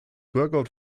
workout